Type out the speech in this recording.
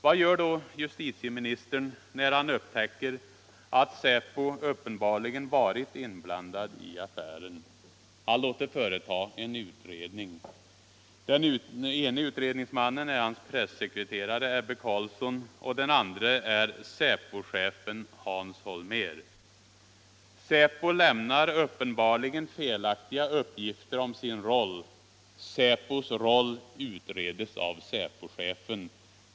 Vad gör då justitieministern när han upptäcker att säpo uppenbarligen varit inblandad i affären? Han låter företa en utredning. Den ene utredningsmannen är hans pressekreterare Ebbe Carlsson och den andre är säpochefen Hans Holmér! Säpo lämnar uppenbarligen felaktiga uppgifter om sin roll — säpos roll utreds av säpochefen!